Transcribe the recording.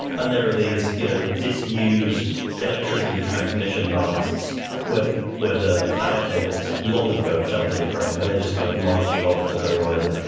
and there are these you know disused electricity transmission masts where the where the power cables long ago fell to the ground and they just kind of marching off to the horizon.